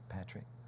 Patrick